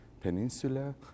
Peninsula